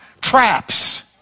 traps